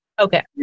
Okay